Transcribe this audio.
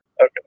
Okay